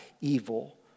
Evil